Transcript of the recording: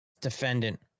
defendant